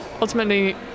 ultimately